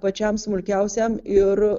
pačiam smulkiausiam ir